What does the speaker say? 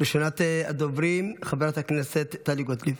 ראשונת הדוברים, חברת הכנסת טלי גוטליב.